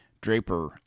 Draper